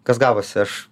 kas gavosi aš